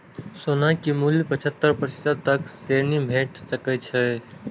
सोना के मूल्यक पचहत्तर प्रतिशत तक ऋण भेट सकैए